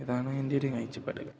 ഇതാണ് എൻ്റെ ഒരു കാഴ്ചപ്പാട്